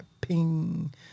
ping